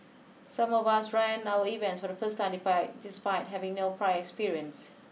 some of us ran our events for the first time despite having no prior experience